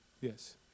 yes